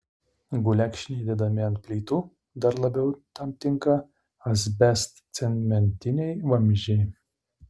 gulekšniai dedami ant plytų dar labiau tam tinka asbestcementiniai vamzdžiai